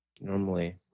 Normally